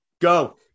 Go